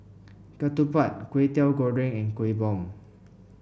ketupat Kway Teow Goreng and Kueh Bom